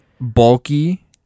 bulky